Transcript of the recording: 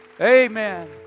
Amen